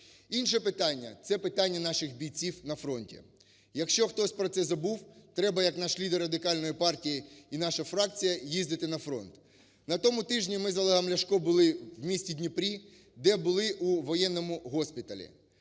Інше питання – це питання наших бійців на фронті. Якщо хтось про це забув, треба, як наш лідер, Радикальної партії, і наша фракція, їздити на фронт. На тому тижні ми з Олегом Ляшко були у місті Дніпрі, де були у воєнному госпіталі.